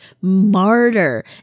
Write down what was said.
martyr